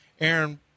Aaron